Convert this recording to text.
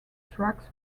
tracks